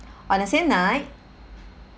on the same night